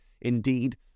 indeed